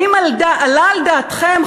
האם עלה על דעתכם,